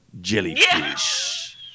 jellyfish